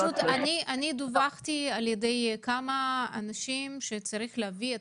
דווחו לי כמה אנשים שצריכים להביא את